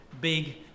big